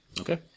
Okay